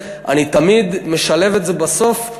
אני משלב בסוף: